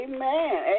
Amen